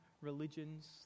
religions